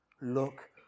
Look